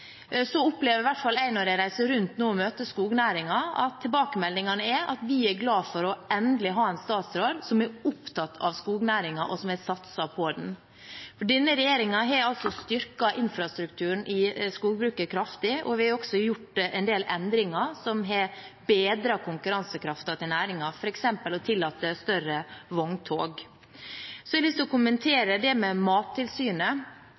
Så opplever i hvert fall jeg når jeg reiser rundt nå og møter skognæringen, at tilbakemeldingene er at de er glad for endelig å ha en statsråd som er opptatt av skognæringen, og som har satset på den. Denne regjeringen har altså styrket infrastrukturen i skogbruket kraftig, og vi har også gjort en del endringer som har bedret næringens konkurransekraft, f.eks. å tillate større vogntog. Så har jeg lyst til å kommentere det med Mattilsynet.